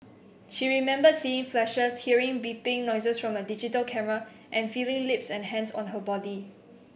she remembered seeing flashes hearing beeping noises from a digital camera and feeling lips and hands on her body